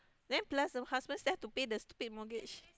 then plus the husband still have to pay the stupid mortgage